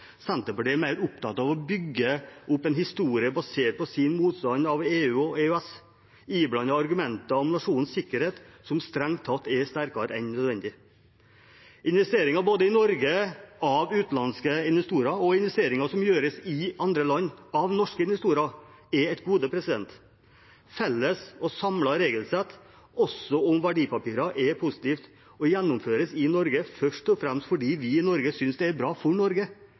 Senterpartiet er mer opptatt av å bygge opp en historie basert på sin motstand mot EU og EØS, iblandet argumenter om nasjonens sikkerhet som strengt tatt er sterkere enn nødvendig. Både investeringer i Norge av utenlandske investorer og investeringer som gjøres i andre land av norske investorer, er et gode. Et felles og samlet regelsett også om verdipapirer er positivt og gjennomføres i Norge først og fremst fordi vi i Norge synes det er bra for Norge,